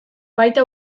baita